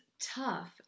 tough